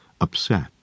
upset